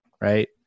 right